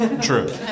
true